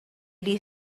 this